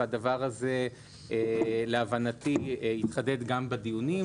והדבר הזה להבנתי התחדד גם בדיונים.